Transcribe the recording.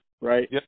right